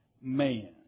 man